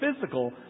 physical